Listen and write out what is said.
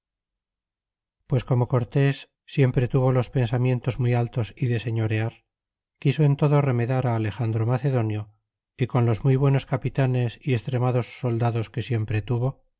pues como cortés siempre tuvo los pensamientos muy altos y de señorear quiso en todo remedar á alexandro macedonio y con los muy buenos capitanes y extremados soldados que siempre tuvo